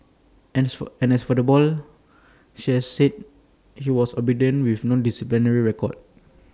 and as for the boy she had said he was obedient with no disciplinary records